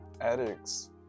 addicts